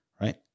right